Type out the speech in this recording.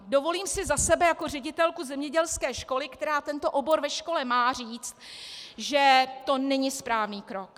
Dovolím si za sebe jako ředitelku zemědělské školy, která tento obor ve škole má, říct, že to není správný krok.